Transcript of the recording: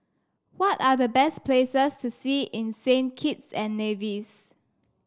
what are the best places to see in Saint Kitts and Nevis